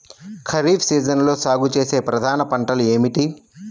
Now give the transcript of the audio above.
ఖరీఫ్ సీజన్లో సాగుచేసే ప్రధాన పంటలు ఏమిటీ?